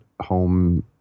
Home